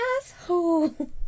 asshole